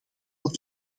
het